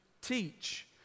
teach